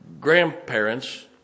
grandparents